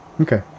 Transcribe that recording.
Okay